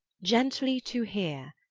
gently to heare,